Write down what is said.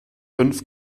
fünf